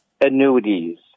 annuities